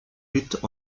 luttes